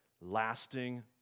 lasting